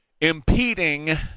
impeding